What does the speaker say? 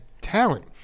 talent